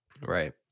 Right